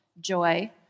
joy